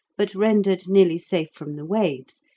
but rendered nearly safe from the waves,